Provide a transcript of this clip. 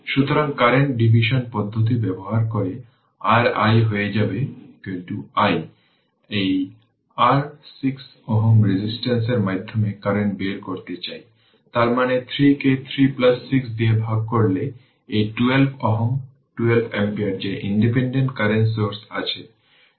সুতরাং current division পদ্ধতি ব্যবহার করে r i হয়ে যাবে i এই r 6 Ω রেজিস্টেন্সের মাধ্যমে কারেন্ট বের করতে চাই তার মানে 3 কে 3 6 দিয়ে ভাগ করলে এই 12 Ω 12 অ্যাম্পিয়ারে যে ইন্ডিপেন্ডেন্ট কারেন্ট সোর্স আছে